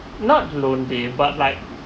not lonely but like